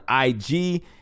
IG